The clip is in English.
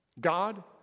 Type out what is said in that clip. God